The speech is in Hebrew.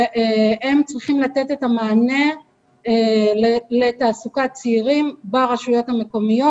והם צריכים לתת את המענה לתעסוקת צעירים ברשויות המקומיות.